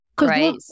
right